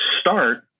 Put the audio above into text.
start